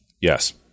Yes